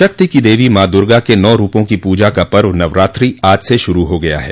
शक्ति की देवी मां दुर्गा के नौ रूपों की पूजा का पर्व नवरात्रि आज से शुरू हो गया है